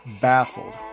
baffled